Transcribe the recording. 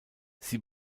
sie